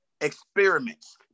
experiments